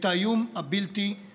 את האיום הבלתי-נגמר.